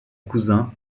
cousin